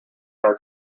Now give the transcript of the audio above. our